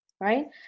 right